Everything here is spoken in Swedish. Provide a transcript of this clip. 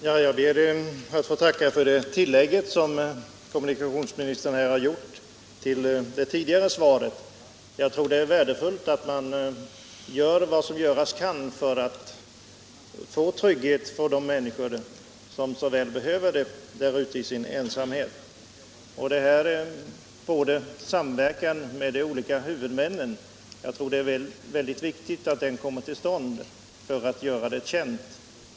Herr talman! Jag ber att få tacka för det tillägg som kommunikationsministern gjorde till det tidigare svaret. Jag tror att det är värdefullt att man gör vad som göras kan för att ge ensamma människor den trygghet som de så väl behöver. Jag anser att det är viktigt att det kommer till stånd en samverkan mellan olika beslutsfattare för att ge informationer om de möjligheter som finns i detta avseende.